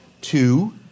two